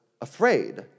afraid